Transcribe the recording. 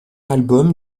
album